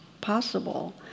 possible